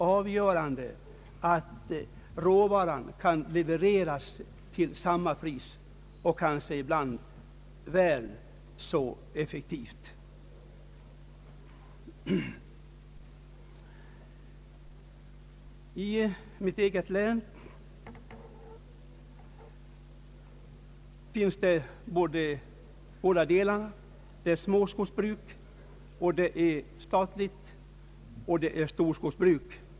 Avgörande är dock att råvaran kan levereras till samma pris och kanske ibland på ett väl så effektivt sätt. I mitt eget län förekommer såväl småskogsbruk och storskogsbruk som i statlig regi bedrivet jordbruk.